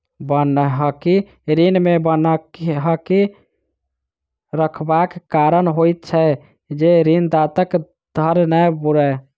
बन्हकी ऋण मे बन्हकी रखबाक कारण होइत छै जे ऋणदाताक धन नै बूड़य